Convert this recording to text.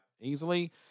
easily